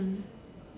mm